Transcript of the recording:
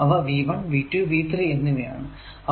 അവ V1 V2 V3 എന്നിവ ആണ്